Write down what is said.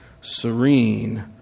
serene